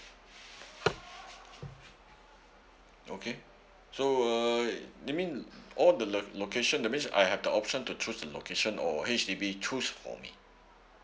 okay so uh you mean all the location that means I have the option to choose the location or H_D_B choose for me